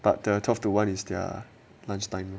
but the twelve to one is their lunchtime